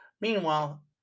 Meanwhile